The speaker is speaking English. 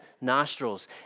nostrils